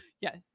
Yes